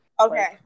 Okay